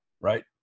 Right